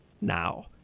now